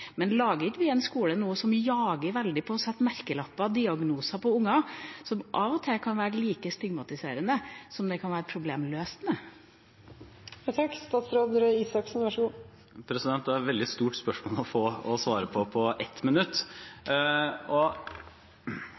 Men lager ikke vi en skole nå som jager veldig på å sette merkelapper og diagnoser på barn, som av og til kan være like stigmatiserende som det kan være problemløsende? Det er et veldig stort spørsmål å svare på på 1 minutt. For det første må det ikke og skal det ikke være stigmatiserende å